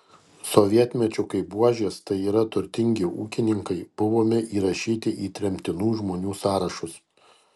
sovietmečiu kaip buožės tai yra turtingi ūkininkai buvome įrašyti į tremtinų žmonių sąrašus